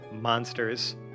monsters